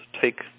take